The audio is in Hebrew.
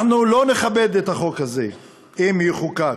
אנחנו לא נכבד את החוק הזה אם יחוקק.